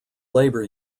labour